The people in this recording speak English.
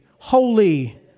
Holy